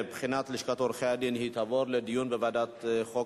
נושא בחינת לשכת עורכי-הדין יעבור לדיון בוועדת החוקה,